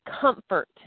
comfort